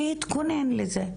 להתכונן לזה.